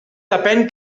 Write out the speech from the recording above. depèn